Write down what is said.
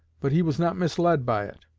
but he was not misled by it.